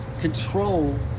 control